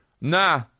Nah